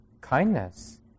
kindness